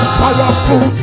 powerful